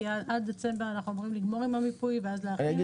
כי עד דצמבר אנחנו אמורים לגמור עם המיפוי ואז להכין את זה.